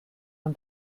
man